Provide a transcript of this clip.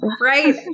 right